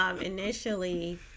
initially